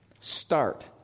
Start